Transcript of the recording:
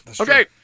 Okay